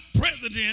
president